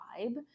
vibe